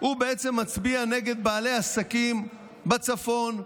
בעצם מצביע נגד בעלי עסקים בצפון,